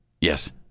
Yes